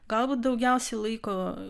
galbūt daugiausiai laiko